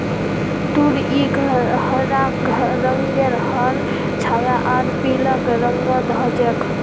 तुरई हरा रंगेर हर छाया आर पीलक रंगत ह छेक